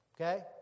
Okay